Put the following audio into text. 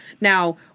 Now